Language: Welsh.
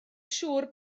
siŵr